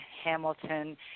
Hamilton